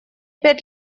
пять